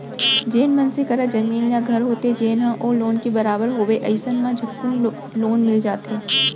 जेन मनसे करा जमीन या घर होथे जेन ह ओ लोन के बरोबर होवय अइसन म झटकुन लोन मिल जाथे